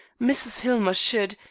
mrs. hillmer should,